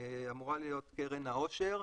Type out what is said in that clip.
קרן העושר.